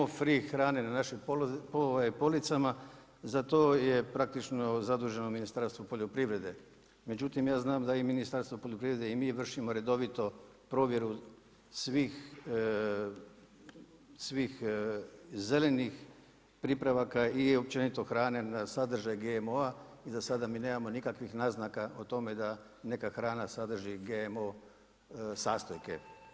Što se tiče GMO free hrane na našim policama za to je praktično zaduženo Ministarstvo poljoprivrede, međutim ja znam da i Ministarstvo poljoprivrede i mi vršimo redovito provjeru svih zelenih pripravaka i općenito hrane na sadržaj GMO-a i za sada mi nemamo nikakvih naznaka o tome da neka hrani GMO sastojke.